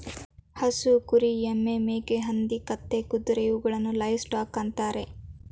ಹಸು, ಕುರಿ, ಎಮ್ಮೆ, ಮೇಕೆ, ಹಂದಿ, ಕತ್ತೆ, ಕುದುರೆ ಇವುಗಳನ್ನು ಲೈವ್ ಸ್ಟಾಕ್ ಅಂತರೆ